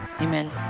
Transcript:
amen